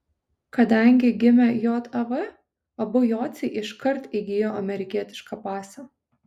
kadangi gimė jav abu jociai iškart įgijo amerikietišką pasą